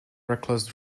reckless